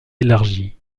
élargi